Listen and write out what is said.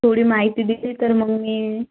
थोडी माहिती दिली तर मग मी